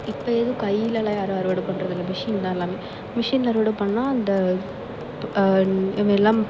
இப்போ எதுவும் கையிலெலாம் யாரும் அறுவடை பண்ணுறதில்ல மிஷின் தான் எல்லாமே மிஷின்ல அறுவடை பண்ணால் அந்த இதுமாரிலாம்